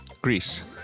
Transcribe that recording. Greece